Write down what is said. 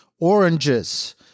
oranges